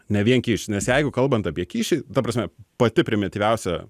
ne vien kyšis nes jeigu kalbant apie kyšį ta prasme pati primityviausia